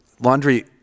laundry